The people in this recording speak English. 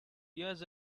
years